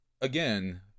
again